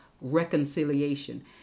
reconciliation